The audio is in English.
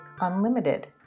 Unlimited